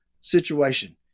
situation